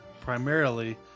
primarily